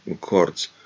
chords